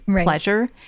pleasure